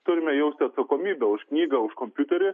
turime jausti atsakomybę už knygą už kompiuterį